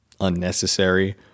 unnecessary